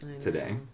today